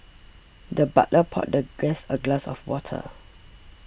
the butler poured the guest a glass of water